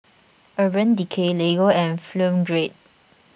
Urban Decay Lego and Film Grade